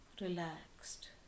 Relaxed